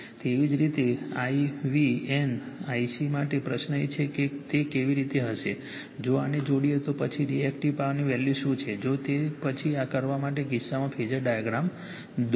તેવી જ રીતે I v n Ic માટે પ્રશ્ન એ છે કે તે કેવી રીતે હશે જો આને જોડીએ તો પછી રિએક્ટિવ પાવરની વેલ્યુ શું છે જો કે તે પછી કરવા માટે આ કિસ્સામાં ફેઝર ડાયાગ્રામ દોરો